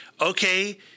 Okay